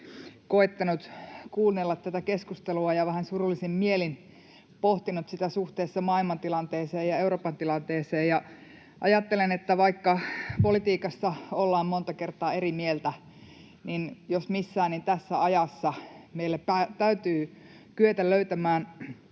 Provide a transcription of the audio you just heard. koettanut kuunnella tätä keskustelua ja vähän surullisin mielin pohtinut sitä suhteessa maailmantilanteeseen ja Euroopan tilanteeseen. Ajattelen, että vaikka politiikassa ollaan monta kertaa eri mieltä, niin tässä ajassa jos missään meillä täytyy kyetä löytämään